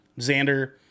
Xander